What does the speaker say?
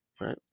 right